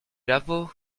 l’impôt